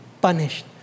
punished